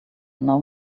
now